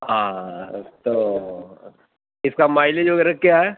ہاں تو اِس کا مائلیج وغیرہ کیا ہے